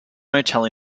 motel